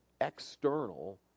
external